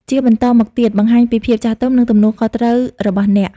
ជាបន្តមកទៀត បង្ហាញពីភាពចាស់ទុំ និងទំនួលខុសត្រូវរបស់អ្នក។